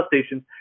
stations